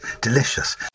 delicious